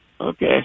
Okay